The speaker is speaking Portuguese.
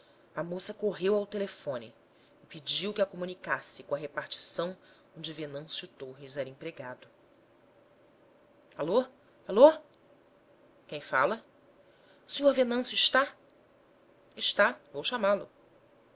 a moça correu ao telefone e pediu que a comunicasse com a repartição onde venâncio torres era empregado alô alô quem fala o sr venâncio está está vou chamá-lo